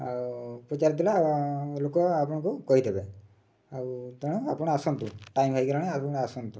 ଆଉ ପଚାରିଦେଲେ ଲୋକ ଆପଣଙ୍କୁ କହିଦେବେ ଆଉ ତେଣୁ ଆପଣ ଆସନ୍ତୁ ଟାଇମ୍ ହୋଇଗଲାଣି ଆପଣ ଆସନ୍ତୁ